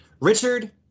Richard